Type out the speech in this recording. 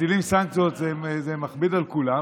מטילים סנקציות זה מכביד על כולם